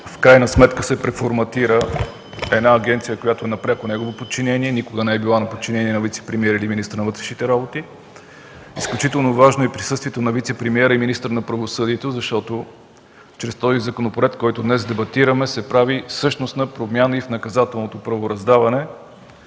в крайна сметка се преформатира една агенция, която е на пряко негово подчинение, никога не е била на подчинение на вицепремиер и министър на вътрешните работи. Изключително важно е присъствието и на вицепремиера и министър на правосъдието, защото чрез законопроекта, който днес дебатираме, се прави същностна промяна и в наказателното правораздаване